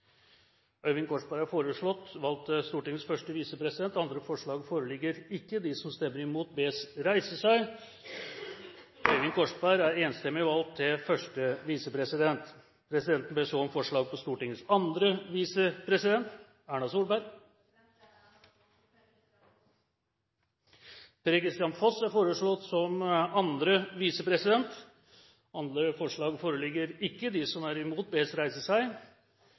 Øyvind Korsberg. Øyvind Korsberg er foreslått valgt til Stortingets første visepresident. – Andre forslag foreligger ikke. Presidenten ber så om forslag på Stortingets andre visepresident. Jeg har æren av å foreslå Per-Kristian Foss. Per-Kristian Foss er foreslått valgt til Stortingets andre visepresident. – Andre forslag foreligger ikke. Presidenten ber så om forslag på Stortingets tredje visepresident. Jeg foreslår Marit Nybakk. Marit Nybakk er